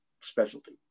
specialty